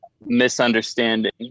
misunderstanding